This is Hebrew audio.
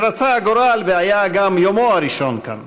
שרצה הגורל והיה גם יומו הראשון כאן.